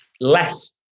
less